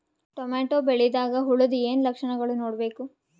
Tomato ಬೆಳಿದಾಗ್ ಹುಳದ ಏನ್ ಲಕ್ಷಣಗಳು ನೋಡ್ಬೇಕು?